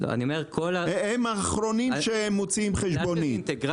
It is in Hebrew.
הם האחרונים שמוציאים חשבונית.